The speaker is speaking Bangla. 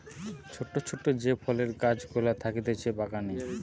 ছোট ছোট যে ফলের গাছ গুলা থাকতিছে বাগানে